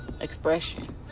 expression